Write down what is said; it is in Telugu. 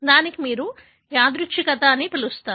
దానిని మీరు యాదృచ్ఛికత అని పిలుస్తారు